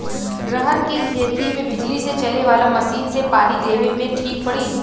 रहर के खेती मे बिजली से चले वाला मसीन से पानी देवे मे ठीक पड़ी?